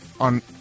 on